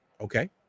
Okay